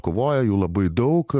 kovojo jų labai daug